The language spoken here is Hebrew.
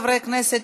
חברי הכנסת,